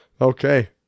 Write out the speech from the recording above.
Okay